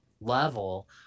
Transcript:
level